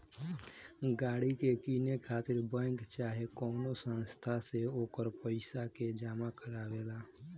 गाड़ी के किने खातिर बैंक चाहे कवनो संस्था से ओकर पइसा के जामा करवावे ला